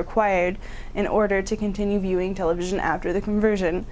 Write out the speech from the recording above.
required in order to continue viewing television after the conversion